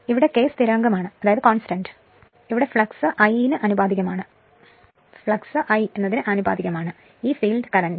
അതിനാൽ K സ്ഥിരാങ്കമാണ് ഇത് ഫ്ലക്സ് ഇത് I ന് ആനുപാതികമാണ് ആ ഫീൽഡ് കറന്റ്